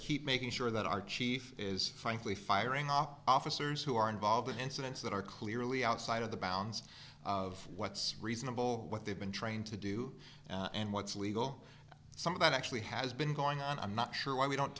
keep making sure that our chief is frankly firing off officers who are involved in incidents that are clearly outside of the bounds of what's reasonable what they've been trained to do and what's legal some of that actually has been going on i'm not sure why we don't